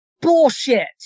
Bullshit